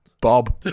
Bob